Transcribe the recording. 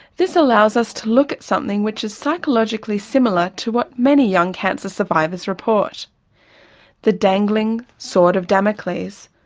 this allows us to look at something which is psychologically similar to what many young cancer survivors report the dangling sword of damocles,